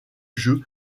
jeu